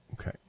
Okay